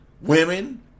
women